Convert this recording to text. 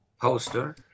poster